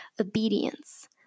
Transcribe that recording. obedience